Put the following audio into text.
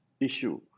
issue